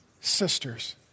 Sisters